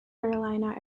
carolina